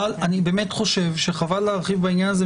שאני באמת חושב שחבל להרחיב בעניין הזה,